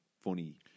funny